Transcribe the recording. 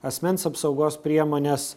asmens apsaugos priemones